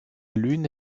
lune